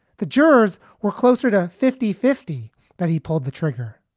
the jurors were closer to fifty fifty that he pulled the trigger.